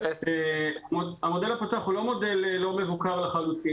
לי שזו אסתי: המודל הפתוח הוא לא מודל לא מבוקר לחלוטין.